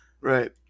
Right